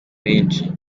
menshi